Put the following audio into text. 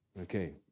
Okay